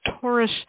Taurus